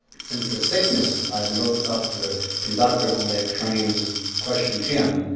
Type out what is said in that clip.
since his sickness i've looked up the conductor on that train and questioned him,